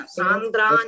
sandra